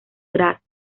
graz